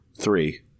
Three